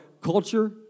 culture